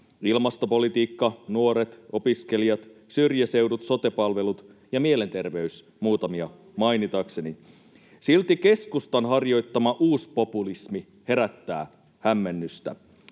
ilmastopolitiikka, nuoret, opiskelijat, syrjäseudut, sote-palvelut ja mielenterveys, muutamia mainitakseni. [Tuomas Kettusen välihuuto] Silti keskustan harjoittama uuspopulismi herättää hämmennystä.